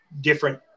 different